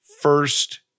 first